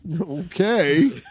Okay